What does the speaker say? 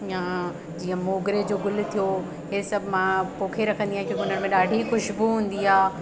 या जीअं मोगरे जो गुल थियो हीअ सभु मां पोखे रखंदी आहियां की भई घर में ॾाढी खूशबू हूंदी आहे